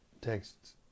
Texts